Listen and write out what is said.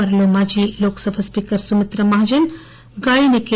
వారిలో మాజీ లోక్సభ స్పీకర్ సుమిత్రా మహాజన్ గాయని కె